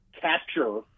capture